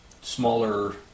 smaller